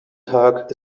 tag